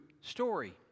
story